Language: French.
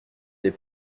des